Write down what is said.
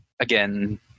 again